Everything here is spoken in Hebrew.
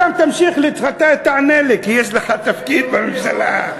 אתה תמשיך, אתה תענה לי, כי יש לך תפקיד בממשלה.